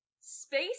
space